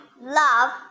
love